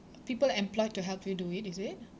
people employed to help you do it is it